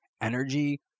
energy